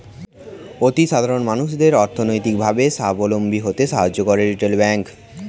অতি সাধারণ মানুষদের অর্থনৈতিক ভাবে সাবলম্বী হতে সাহায্য করে রিটেল ব্যাংক